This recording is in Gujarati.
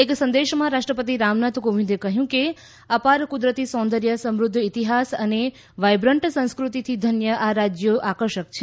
એક સંદેશમાં રાષ્ટ્રપતિ રામનાથ કોવિંદે કહ્યું કે અપાર કુદરતી સૌંદર્ય સમૃદ્ધ ઇતિહાસ અને વાઇબ્રન્ટ સંસ્કૃતિથી ધન્ય આ રાજ્યો આકર્ષક છે